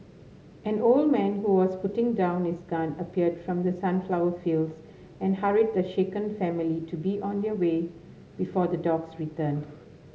an old man who was putting down his gun appeared from the sunflower fields and hurried the shaken family to be on their way before the dogs returned